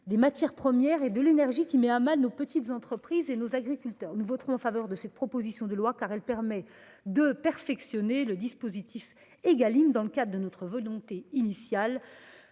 des matières premières et de l'énergie, qui mettent à mal nos petites entreprises et nos agriculteurs. Nous voterons en faveur de cette proposition de loi, enfin, car elle permet de perfectionner le dispositif Égalim dans le cadre de notre volonté initiale